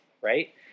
right